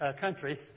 country